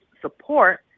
support